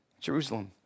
Jerusalem